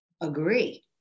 agree